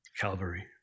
Calvary